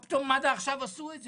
מה פתאום מד"א עשו את זה עכשיו?